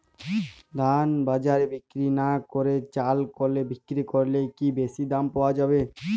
ধান বাজারে বিক্রি না করে চাল কলে বিক্রি করলে কি বেশী দাম পাওয়া যাবে?